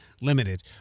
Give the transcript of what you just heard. limited